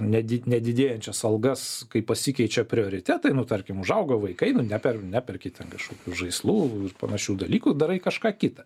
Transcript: nedi nedidėjančias algas kai pasikeičia prioritetai nu tarkim užaugo vaikai nu ne per neperki ten kažkokių žaislų ir panašių dalykų darai kažką kitą